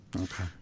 Okay